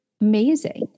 Amazing